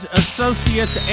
associates